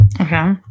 Okay